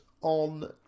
on